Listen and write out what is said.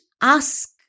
ask